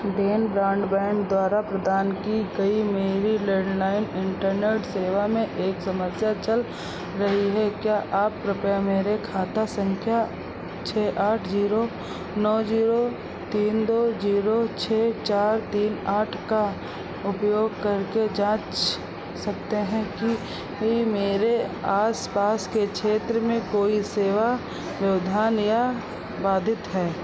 Dane broadband द्वारा प्रदान की गई मेरी लैंडलाइन इंटरनट सेवा में एक समस्या चल रही है क्या आप कृपया मेरे खाता संख्या छः आठ जीरो नौ जीरो तीन दो जीरो छः चार तीन आठ का उपयोग करके जांच सकते हैं कि मेरे आसपास के क्षेत्र में कोई सेवा व्यवधान या बाधित है